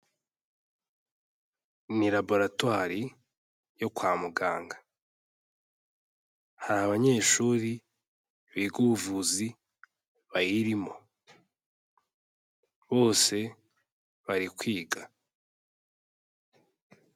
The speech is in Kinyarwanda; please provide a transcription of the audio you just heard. Ni laboratwari yo kwa muganga, hari abanyeshuri biga ubuvuzi bayirimo, bose bari kwiga.